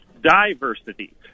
diversity